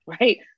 Right